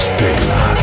Stella